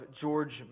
George